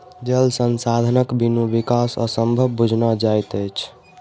जल संसाधनक बिनु विकास असंभव बुझना जाइत अछि